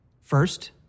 First